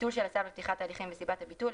ביטול של הצו לפתיחת הליכים וסיבת הביטול,